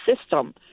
system